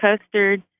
custard